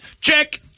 Check